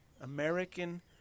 American